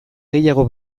gehiago